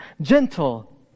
gentle